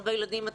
הרבה ילדים בבית,